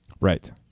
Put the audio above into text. Right